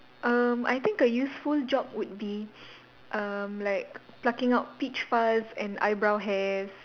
um I think a useful job would be um like plucking out peach fuzz and eyebrows hairs